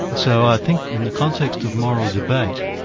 and so i think in the context of moral debate,